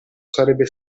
sarebbe